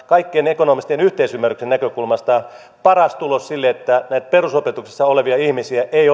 kaikkien ekonomistien yhteisymmärryksen näkökulmasta paras tulos sille että näitä perusopetuksen päättäneitä ihmisiä ei